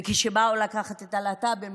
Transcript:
וכשבאו לקחת את הלהט"בים,